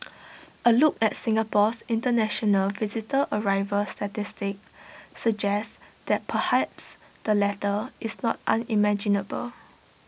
A look at Singapore's International visitor arrival statistics suggest that perhaps the latter is not unimaginable